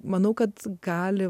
manau kad gali